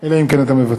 אלא אם כן אתה מוותר.